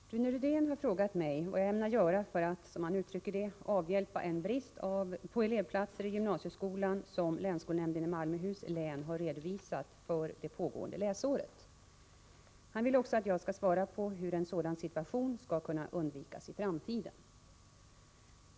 Herr talman! Rune Rydén har frågat mig vad jag ämnar göra för att, som han uttrycker det, avhjälpa en brist på elevplatser i gymnasieskolan som länsskolnämnden i Malmöhus län har redovisat för det pågående läsåret. Han vill också att jag skall svara på hur en sådan situation skall kunna undvikas i framtiden.